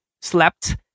slept